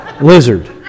Lizard